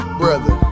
brother